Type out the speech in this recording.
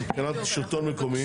מבחינת שלטון מקומי.